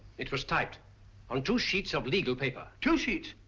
it was typed on two sheets of legal paper. two sheets?